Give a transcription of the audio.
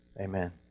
Amen